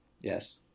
Yes